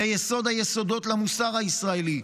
זה יסוד היסודות למוסר הישראלי.